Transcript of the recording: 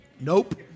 nope